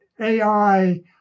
AI